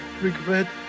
regret